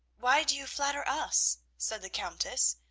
why do you flatter us? said the countess.